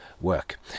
work